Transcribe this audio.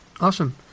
Awesome